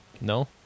No